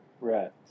Right